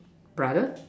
brother